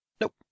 Nope